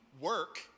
work